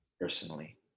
personally